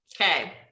Okay